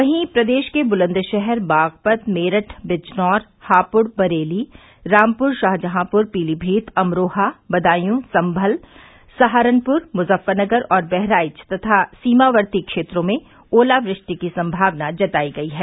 वहीं प्रदेश के बुलन्दशहर बागपत मेरठ बिजनौर हापुड़ बरेली रामपुर शाहजहांपुर पीलीमीत अमरोहा बदायू संभल सहारपुर मुजफ्फरनगर और बहराइच तथा सीमावर्ती क्षेत्रों में ओलावृष्टि की संभावना जताई है